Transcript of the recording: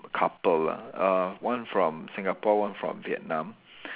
couple lah uh one from Singapore one from Vietnam